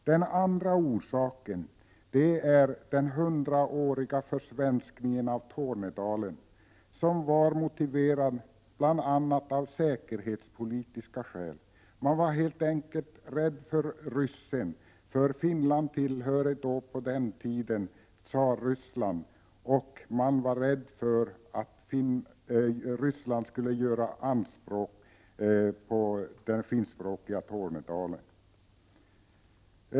Den andra orsaken är den hundraåriga försvenskningen av Tornedalen som var motiverad bli. a. av säkerhetspolitiska skäl. Man var helt enkelt rädd för ryssen. Finland tillhörde då Tsarryssland, och man var rädd för att Ryssland skulle ha anspråk på det finskspråkiga Tornedalen.